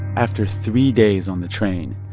after three days on the train,